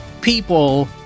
people